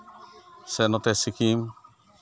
ᱥᱮ ᱱᱚᱛᱮ ᱥᱤᱞᱤᱢ